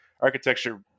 architecture